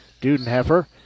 Dudenheffer